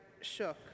shook